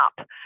up